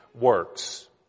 works